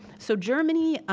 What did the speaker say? so germany